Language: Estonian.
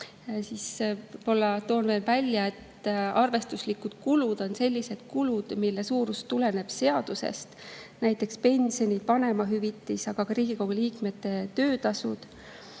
toon veel välja, et arvestuslikud kulud on sellised kulud, mille suurus tuleneb seadusest, näiteks pension ja vanemahüvitis, aga ka Riigikogu liikme töötasu.